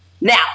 Now